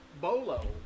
Bolo